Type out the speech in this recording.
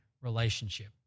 relationship